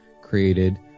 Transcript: created